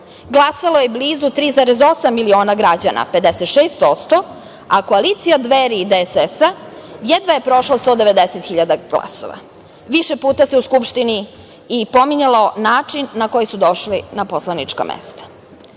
Glasalo je blizu 3,8 miliona građana, 56%, a koalicija Dveri i DSS jedva je prošla 190.000 glasova. Više puta se u Skupštini i pominjao način na koji su došli na poslanička mesta. Da